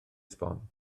sbon